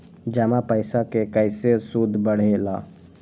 जमा पईसा के कइसे सूद बढे ला?